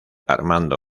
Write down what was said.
armando